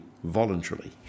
Voluntarily